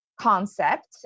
concept